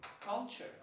Culture